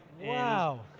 Wow